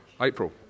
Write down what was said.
April